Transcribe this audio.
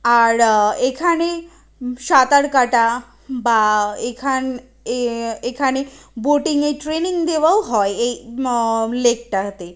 আর এখানে সাঁতার কাটা বা এখান এ এখানে বোটিংয়ের ট্রেনিং দেওয়াও হয় এই লেকটাতে